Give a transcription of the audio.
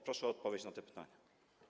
Proszę o odpowiedź na to pytanie.